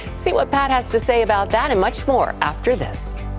see what pat has to say about that and much more after this.